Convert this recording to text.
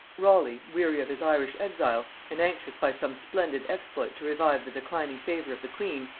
raleigh, weary of his irish exile, and anxious by some splendid exploit to revive the declining favor of the queen,